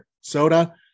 soda